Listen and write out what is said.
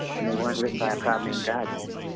and they weren't written by a traveling guide maybe